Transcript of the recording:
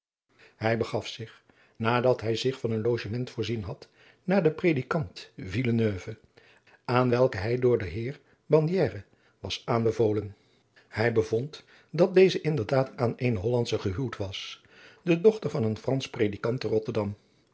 hij begaf zich nadat hij zich van een logement voorzien had naar den predikant villeneuve aan welken hij door den heer bandiere was aanbevolen hij bevond dat deze inderdaad aan eene hollandsche gehuwd was de dochter van een fransch predikant te rotterdam